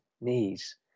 knees